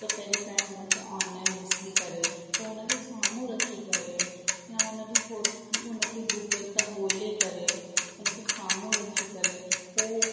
त पहिरीं पहिरी हुनखे ऑनलाइन ॾिसी करे पोइ हुनखे साम्हूं रखी करे या हुनजी फ़ो हुनखे गूगल था ॻोल्हे करे हुनखे साम्हूं रखी करे पोइ